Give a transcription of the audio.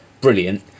Brilliant